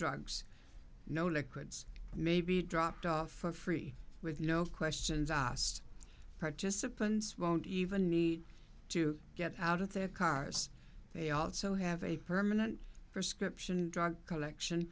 drugs no liquids may be dropped off for free with no questions asked participants won't even need to get out of their cars they also have a permanent prescription drug collection